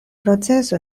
proceso